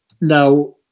Now